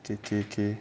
K K K